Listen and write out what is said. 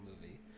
movie